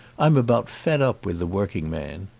i'm about fed up with the working man.